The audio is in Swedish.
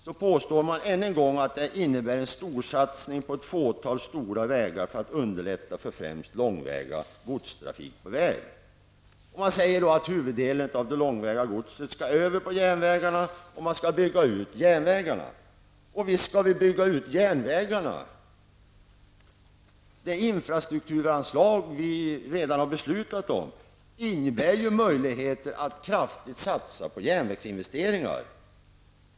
De påstår att det innebär en storsatsning på ett fåtal stora vägar för att underlätta för främst långväga godstrafik på väg. Huvuddelen av det långväga godset, säger de, skall transporteras med järnväg och därför bör den byggas ut. Visst skall vi göra det. Det infrastrukturanslag som vi redan har fattat beslut om medför ju möjligheter att kraftigt satsa på järnvägsinvesteringar.